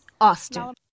Austin